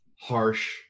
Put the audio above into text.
harsh